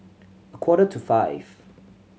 a quarter to five